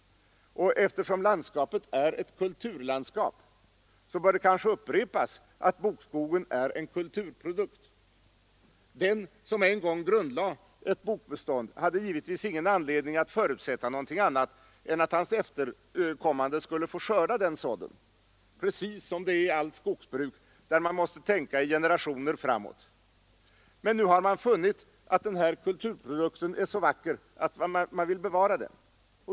Eftersom landskapet är ett kulturlandskap bör det kanske upprepas att bokskogen är en kulturprodukt. Den som en gång grundlade ett bokbestånd hade givetvis ingen anledning att förutsätta någonting annat än att hans efterkommande skulle få skörda den sådden — precis som det är i allt skogsbruk, där man måste tänka i generationer framåt. Men nu har man funnit att den här kulturprodukten är så vacker att man vill bevara den.